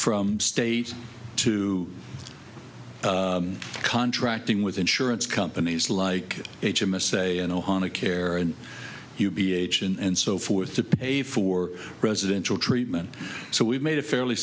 from state to contracting with insurance companies like him a say and ohana care and ph and so forth to pay for residential treatment so we've made a fairly